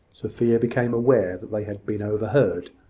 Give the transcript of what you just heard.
sophia became aware that they had been overheard,